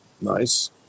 Nice